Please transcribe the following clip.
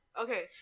Okay